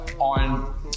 On